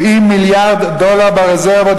70 מיליארד דולר ברזרבות,